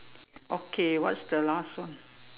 okay what's the last one